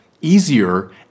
easier